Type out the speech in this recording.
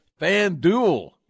FanDuel